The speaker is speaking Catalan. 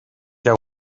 què